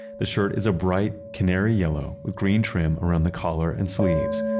the shirt is a bright canary yellow with green trim around the collar and sleeves.